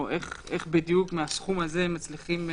איך בדיוק מהסכום הזה מצליחים?